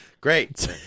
Great